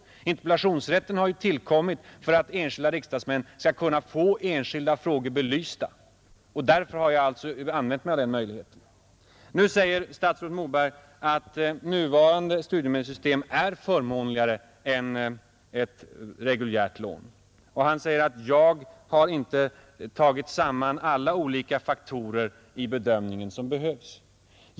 Interpellationsrätten har ju tillkommit för att enskilda riksdagsmän skall få enskilda frågor belysta; därför har jag använt mig av den möjligheten. Nu säger statsrådet Moberg att det nuvarande studiemedelssystemet är förmånligare än ett reguljärt lån, och han säger att jag inte har tagit med alla faktorer som behövs för bedömningen.